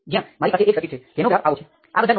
અલબત્ત સર્કિટના જાત વિશ્લેષણ માટે